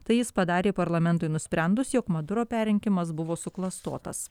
tai jis padarė parlamentui nusprendus jog moduro perrinkimas buvo suklastotas